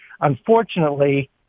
Unfortunately